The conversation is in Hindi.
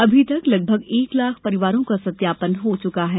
अभी तक लगभग एक लाख परिवारों का सत्यापन हो चुका है